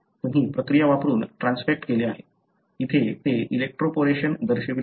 तुम्ही प्रक्रिया वापरून ट्रान्सफेक्ट केले आहे येथे ते इलेक्ट्रोपोरेशन दर्शविले आहे